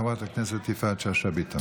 חברת הכנסת יפעת שאשא ביטון.